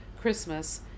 Christmas